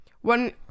one